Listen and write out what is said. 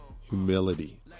humility